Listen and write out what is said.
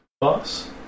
boss